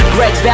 Greg